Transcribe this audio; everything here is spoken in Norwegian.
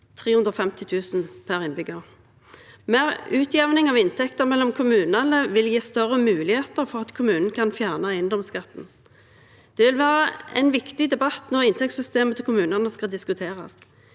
350 000 kr per innbygger. Mer utjevning av inntekter mellom kommunene vil gi større muligheter for at kommunene kan fjerne eiendomsskatten. Det vil være en viktig debatt når inntektssystemene til kommunene skal diskuteres.